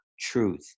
truth